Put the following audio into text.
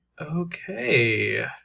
Okay